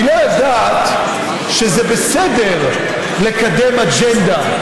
היא לא יודעת שזה בסדר לקדם אג'נדה.